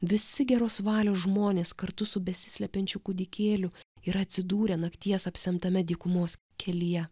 visi geros valios žmonės kartu su besislepiančių kūdikėliu yra atsidūrę nakties apsemtame dykumos kelyje